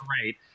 great